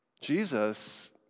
Jesus